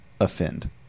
offend